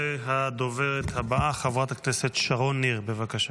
הדוברת הבאה, חברת הכנסת שרון ניר, בבקשה.